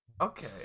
Okay